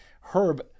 Herb